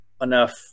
enough